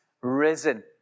risen